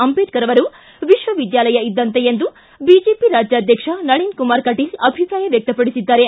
ಅಂಬೇಡ್ಕರ್ ಅವರು ವಿಶ್ವವಿದ್ಯಾಲಯ ಇದ್ದಂತೆ ಎಂದು ಬಿಜೆಪಿ ರಾಜ್ಯಾಧ್ವಕ್ಷ ನಳನ್ ಕುಮಾರ್ ಕಟೀಲ್ ಅಭಿಪ್ರಾಯ ವ್ಯಕ್ತಪಡಿಸಿದ್ದಾರೆ